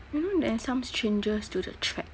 you know there are some changes to the thread